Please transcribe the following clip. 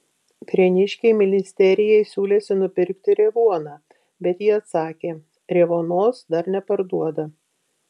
prieniškiai ministerijai siūlėsi nupirkti revuoną bet ji atsakė revuonos dar neparduoda